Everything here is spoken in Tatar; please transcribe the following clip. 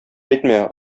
әйтмә